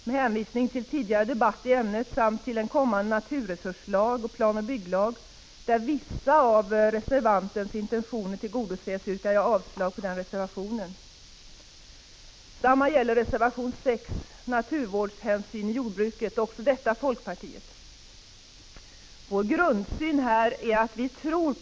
Med hänvisning till tidigare debatt i ämnet samt till kommande naturresurslag och planoch bygglag, där vissa av reservanterna intentioner tillgodoses, yrkar jag avslag på denna reservation. Detsamma gäller beträffande reservation 6, också den från folkpartiet, om naturvårdshänsyn i jordbruket.